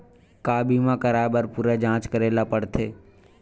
का बीमा कराए बर पूरा जांच करेला पड़थे?